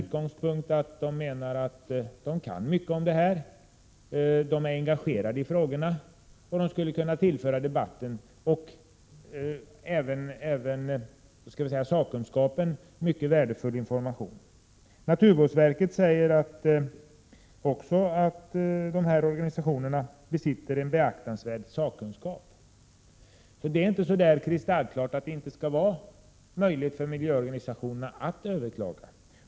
Man menar att de kan mycket om natur och miljö och är engagerade i frågorna, vilket skulle kunna tillföra debatten och sakkunskapen mycket värdefull information. Naturvårdsverket säger också att dessa organisationer besitter en beaktansvärd sakkunskap. Det är alltså inte så kristallklart att det inte skulle vara möjligt att ge miljöorganisationerna rätten att överklaga.